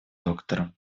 доктором